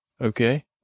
okay